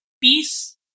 peace